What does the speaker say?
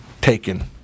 taken